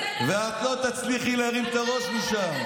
ואת לא תצליחי להרים את הראש משם.